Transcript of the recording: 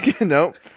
Nope